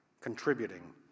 contributing